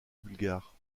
bulgare